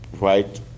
right